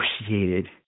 associated